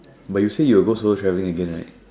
but you say you will go solo traveling again right